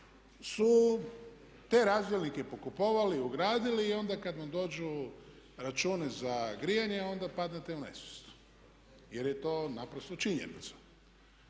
su te razdjelnike pokupovali, ugradili i onda kad vam dođu računi za grijanje onda padnete u nesvijest jer je to naprosto činjenica.